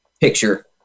picture